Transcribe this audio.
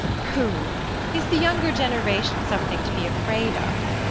pooh is the younger generation something to be afraid of?